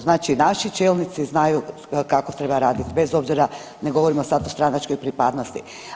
Znači naši čelnici znaju kako treba raditi bez obzira ne govorimo sad o stranačkoj pripadnosti.